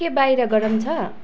के बाहिर गरम छ